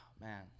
Man